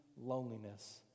loneliness